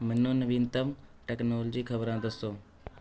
ਮੈਨੂੰ ਨਵੀਨਤਮ ਤਕਨਾਲੋਜੀ ਖ਼ਬਰਾਂ ਦੱਸੋ